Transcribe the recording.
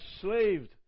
slaved